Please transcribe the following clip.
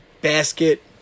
basket